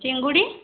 ଚିଙ୍ଗୁଡ଼ି